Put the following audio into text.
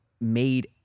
made